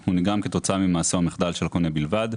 הוא נגרם כתוצאה ממעשה או מחדל של הקונה בלבד,